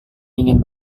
ingin